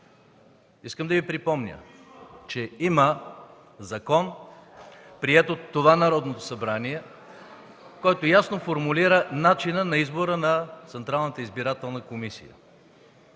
Искам да Ви припомня, че има закон, приет от това Народно събрание, който ясно формулира начина на избора на Централната избирателна комисия.